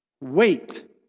Wait